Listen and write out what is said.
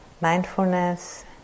mindfulness